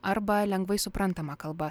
arba lengvai suprantama kalba